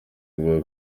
kuvuga